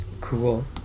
Cool